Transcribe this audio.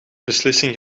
beslissing